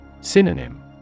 Synonym